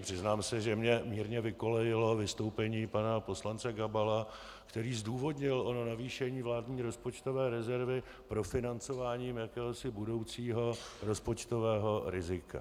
Přiznám se, že mě mírně vykolejilo vystoupení pana poslance Gabala, který zdůvodnil ono navýšení vládní rozpočtové rezervy profinancováním jakéhosi budoucího rozpočtového rizika.